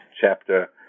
chapter